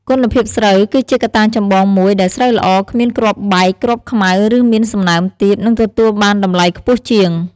គុណភាពស្រូវ គឺជាកត្តាចម្បងមួយ ដែលស្រូវល្អ គ្មានគ្រាប់បែក គ្រាប់ខ្មៅ ឬមានសំណើមទាប នឹងទទួលបានតម្លៃខ្ពស់ជាង។